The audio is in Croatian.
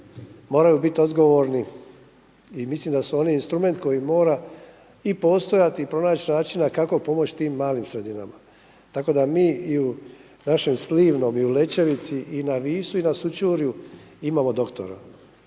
moraju biti odgovorni i mislim da su oni instrument koji mora postojati i pronaći načina kako pomoći tim malim sredinama. Tako da mi u našem Slivnom i u Lećevici, i na Visu i na Sućurju imamo doktora.